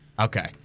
Okay